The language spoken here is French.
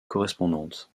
correspondantes